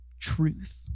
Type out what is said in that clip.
truth